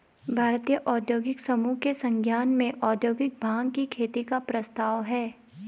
भारतीय औद्योगिक समूहों के संज्ञान में औद्योगिक भाँग की खेती का प्रस्ताव है